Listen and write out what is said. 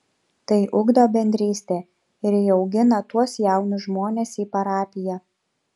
tai ugdo bendrystę ir įaugina tuos jaunus žmones į parapiją